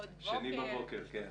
עוד בוקר.